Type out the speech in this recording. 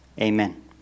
amen